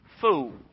fool